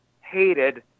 hated